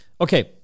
Okay